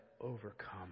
overcome